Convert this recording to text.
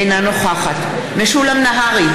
אינה נוכחת משולם נהרי,